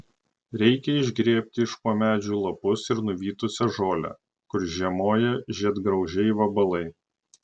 reikia išgrėbti iš po medžių lapus ir nuvytusią žolę kur žiemoja žiedgraužiai vabalai